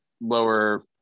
lower